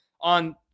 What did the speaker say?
on